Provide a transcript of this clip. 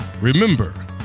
remember